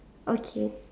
okay